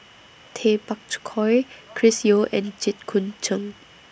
Tay Bak Koi Chris Yeo and Jit Koon Ch'ng